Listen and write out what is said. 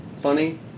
funny